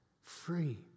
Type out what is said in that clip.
Free